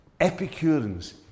Epicureans